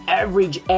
average